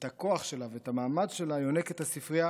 את הכוח שלה ואת המעמד שלה יונקת הספרייה